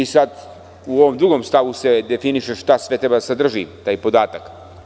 U ovom drugom stavu se definiše šta sve treba da sadrži taj podatak.